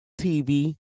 TV